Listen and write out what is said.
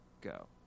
go